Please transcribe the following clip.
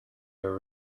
your